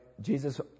Jesus